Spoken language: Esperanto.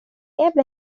eble